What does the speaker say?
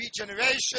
regeneration